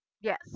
Yes